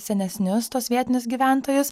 senesnius tuos vietinius gyventojus